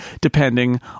depending